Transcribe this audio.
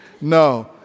No